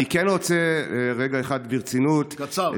אני כן רוצה, רגע אחד, ברצינות, קצר.